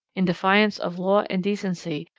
in defiance of law and decency,